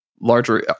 larger